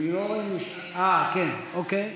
אוקיי.